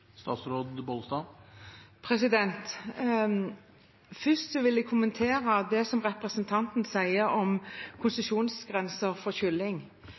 Først vil jeg kommentere det som representanten sier om konsesjonsgrenser for